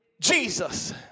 Jesus